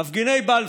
מפגיני בלפור,